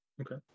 okay